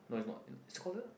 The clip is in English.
no is not is called the